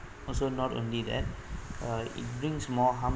also not only that uh it brings more harm